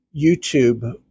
YouTube